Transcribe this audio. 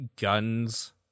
guns